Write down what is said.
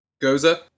Goza